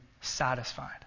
satisfied